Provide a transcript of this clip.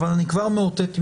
אבל אני כבר מאותת מראש,